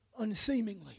unseemingly